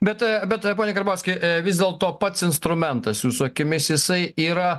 bet bet pone karbauski vis dėlto pats instrumentas jūsų akimis jisai yra